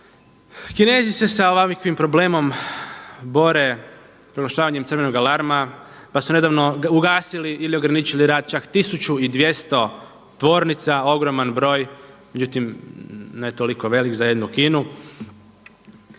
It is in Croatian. Kinezi se sa ovakvim problemom bore proglašavanjem crvenoga alarma pa su nedavno ugasili ili ograničili rad čak 1200 tvornica, ogroman broj, međutim ne toliko velik za jednu Kinu.